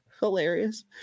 Hilarious